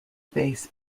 bass